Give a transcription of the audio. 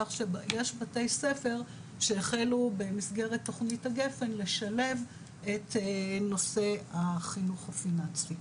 כך שיש בתי-ספר שהחלו במסגרת תוכנית הגפן לשלב את נושא החינוך הפיננסי.